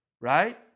right